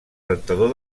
rentador